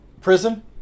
Prison